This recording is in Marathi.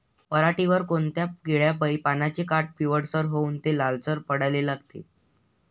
पऱ्हाटीवर कोनत्या किड्यापाई पानाचे काठं पिवळसर होऊन ते लालसर पडाले लागते?